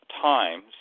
times